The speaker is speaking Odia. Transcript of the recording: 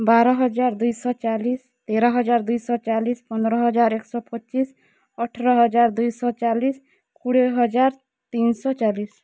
ବାର ହଜାର୍ ଦୁଇଶ ଚାଳିଶ୍ ତେର ହଜାର୍ ଦୁଇଶ ଚାଲିଶ୍ ପନ୍ଦର ହଜାର୍ ଏକ୍ଶହ ପଚିଶ୍ ଅଠ୍ର ହଜାର୍ ଦୁଇଶ ଚାଲିଶ୍ କୁଡ଼େ ହଜାର୍ ତିନିଶ ଚାଲିଶ୍